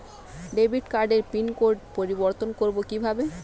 Debit কার্ডের PIN পরিবর্তন করবো কীভাবে?